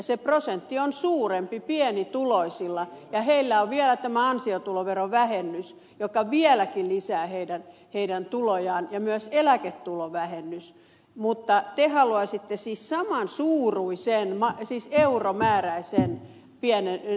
se prosentti on suurempi pienituloisilla ja heillä on vielä tämä ansiotuloverovähennys joka vieläkin lisää heidän tulojaan ja myös eläketulovähennys mutta te haluaisitte siis saman suuruisen euromääräisen verokompensaation